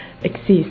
exist